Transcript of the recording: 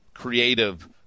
creative